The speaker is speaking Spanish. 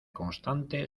constante